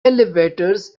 elevators